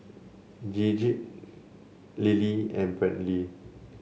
Gidget Lilly and Brantley